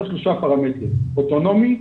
אלה שלושה הפרמטרים, אוטונומי,